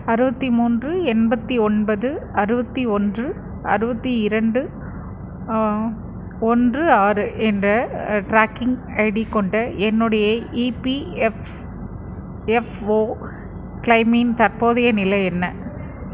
அறுபத்தி மூன்று எண்பத்தி ஓம்பது அறுபத்தி ஒன்று அறுபத்தி இரண்டு ஒன்று ஆறு என்ற ட்ராக்கிங் ஐடி கொண்ட என்னுடைய இபிஎஃப்ஸ்எஃப்ஓ கிளெய்மின் தற்போதைய நிலை என்ன